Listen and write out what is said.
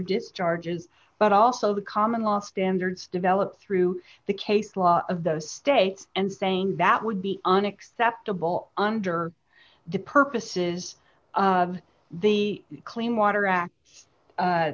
discharges but also the common law standards developed through the case law of those states and saying that would be an acceptable under the purposes of the clean water act